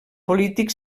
polític